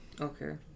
Okay